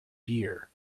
beer